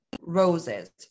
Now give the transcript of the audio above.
roses